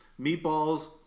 meatballs